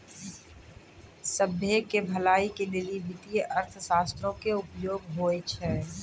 सभ्भे के भलाई के लेली वित्तीय अर्थशास्त्रो के उपयोग होय छै